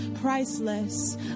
priceless